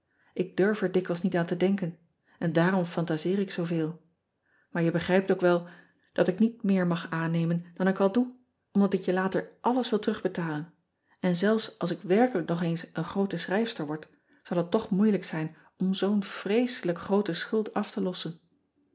k durf er dikwijls niet aan te denken en daarom fantaseer ik zooveel maar je begrijpt ook wel dat ik niet meer mag aannemen dan ik al doe omdat ik je later alles wil terugbetalen en zelfs als ik werkelijk nog eens een groote schrijfster word zal het toch moeilijk zijn om zoo n vreeselijk groote schuld af te lossen